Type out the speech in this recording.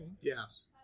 Yes